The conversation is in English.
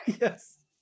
Yes